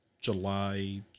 July